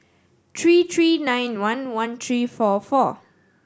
three three nine one one three four four